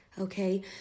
okay